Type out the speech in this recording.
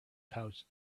pouch